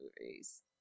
movies